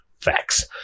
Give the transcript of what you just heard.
facts